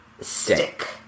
Stick